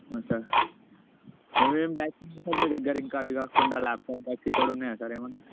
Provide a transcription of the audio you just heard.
అవునా సార్ ఏమేమి బ్యాగ్స్ ఉన్నాయి సార్ మీ దగ్గర ఇంకా అవికాకుండా ల్యాప్టాప్ బ్యాగ్స్ ఇట్టా కూడా ఉన్నాయా సార్ ఏమన్నా